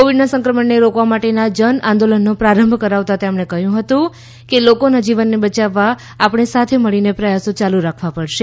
કોવિડના સંક્રમણને રોકવા માટેના જનઆંદોલનનો પ્રારંભ કરાવતા તેમણે કહ્યું કે લોકોના જીવનને બચાવવા આપણે સાથે મળીને પ્રયાસો ચાલુ રાખવા પડશે